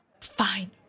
Fine